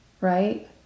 right